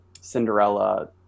Cinderella